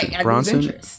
Bronson